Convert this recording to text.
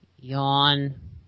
Yawn